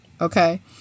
Okay